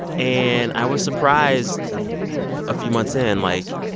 and i was surprised a few months in. like,